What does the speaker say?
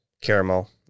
Caramel